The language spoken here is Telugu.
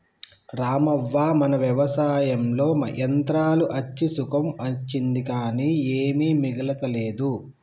రామవ్వ మన వ్యవసాయంలో యంత్రాలు అచ్చి సుఖం అచ్చింది కానీ ఏమీ మిగులతలేదు